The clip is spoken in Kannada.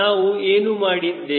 ನಾವು ಏನು ಮಾಡಿದ್ದೇವೆ